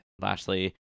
Lashley